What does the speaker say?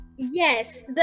Yes